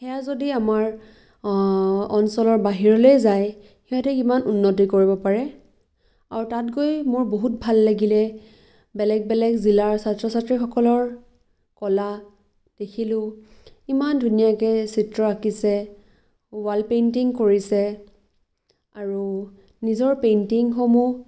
সেয়া যদি আমাৰ অঞ্চলৰ বাহিৰলৈ যায় সিহঁতে ইমান উন্নতি কৰিব পাৰে আৰু তাত গৈ মোৰ বহুত ভাল লাগিলে বেলেগ বেলেগ জিলাৰ ছাত্ৰ ছাত্ৰীসকলৰ কলা দেখিলোঁ ইমান ধুনীয়াকৈ চিত্ৰ আঁকিছে ৱাল পেইন্টিং কৰিছে আৰু নিজৰ পেইন্টিংসমূহ